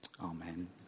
Amen